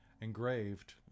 Engraved